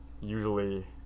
usually